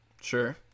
Sure